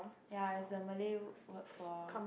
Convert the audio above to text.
ya is a Malay word for